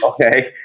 Okay